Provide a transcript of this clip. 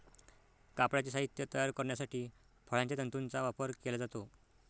कापडाचे साहित्य तयार करण्यासाठी फळांच्या तंतूंचा वापर केला जातो